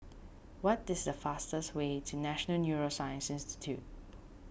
what is the fastest way to National Neuroscience Institute